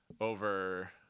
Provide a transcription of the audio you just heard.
over